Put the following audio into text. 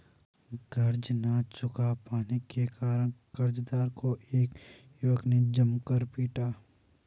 कर्ज ना चुका पाने के कारण, कर्जदार को एक युवक ने जमकर पीटा